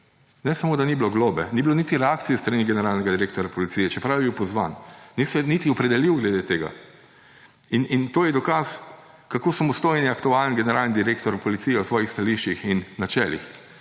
Ne samo da ni bilo globe, ni bilo niti reakcije s strani generalnega direktorja policije, čeprav je bil pozvan. Ni se niti opredelil glede tega. To je dokaz, kako samostojen in aktualen je generalni direktor policije v svojih stališčih in načelih.